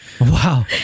Wow